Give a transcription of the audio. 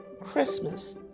Christmas